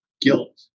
guilt